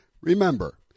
Remember